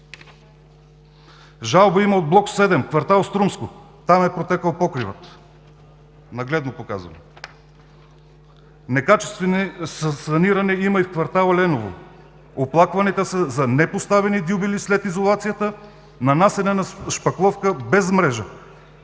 Жалба има от бл. 7, квартал „Струмско“. Там е протекъл покривът, нагледно показвам (показва снимки). Некачествено саниране има и в квартал „Еленово“. Оплакванията са за непоставени дюбели след изолацията, нанасяне на шпакловка без мрежа,